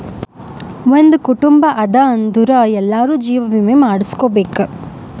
ಒಂದ್ ಕುಟುಂಬ ಅದಾ ಅಂದುರ್ ಎಲ್ಲಾರೂ ಜೀವ ವಿಮೆ ಮಾಡುಸ್ಕೊಬೇಕ್